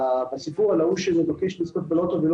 בסיפור על ההוא שמבקש לזכות בלוטו ולא